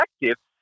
effective